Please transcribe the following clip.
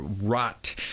rot